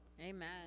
Amen